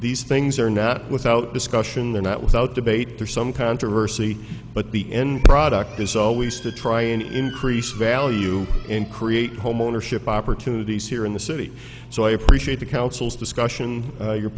these things are not without discussion they're not without debate or some controversy but the end product is always to try and increase value and create homeownership opportunities here in the city so i appreciate the council's discussion your